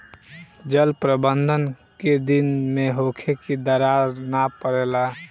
जल प्रबंधन केय दिन में होखे कि दरार न परेला?